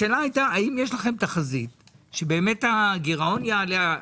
השאלה הייתה האם יש לכם תחזית שבאמת הגירעון יעלה,